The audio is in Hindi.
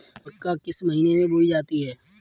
मक्का किस महीने में बोई जाती है?